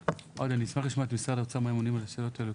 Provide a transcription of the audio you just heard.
אני אשמח לשמוע מה משרד האוצר עונים לגבי השאלות האלו.